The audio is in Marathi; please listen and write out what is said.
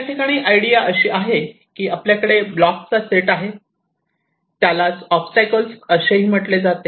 याठिकाणी आयडिया अशी आहे की आपल्याकडे ब्लॉकचा सेट आहे त्यालाच ओबस्टॅकल्स असेही म्हटले जाते